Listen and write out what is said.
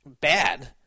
bad